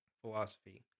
philosophy